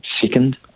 second